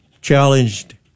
challenged